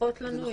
ברוכות לנו.